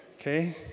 Okay